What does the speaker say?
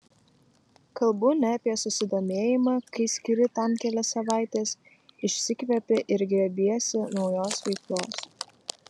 kalbu ne apie susidomėjimą kai skiri tam kelias savaites išsikvepi ir grėbiesi naujos veiklos